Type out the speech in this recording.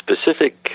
specific